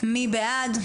מי בעד?